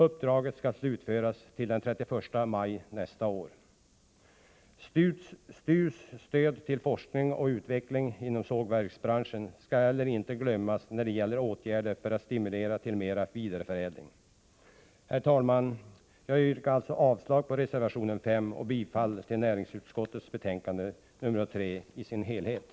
Uppdraget skall slutföras till den 31 maj nästa år. STU:s stöd till forskning och utveckling inom sågverksbranschen skall heller inte glömmas när man talar om åtgärder för att stimulera till mera vidareförädling. Herr talman! Jag yrkar alltså avslag på reservation5 och bifall till näringsutskottets hemställan i sin helhet i betänkande nr 3.